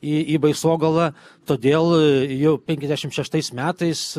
į į baisogalą todėl jau penkiasdešimt šeštais metais